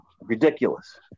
Ridiculous